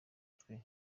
twe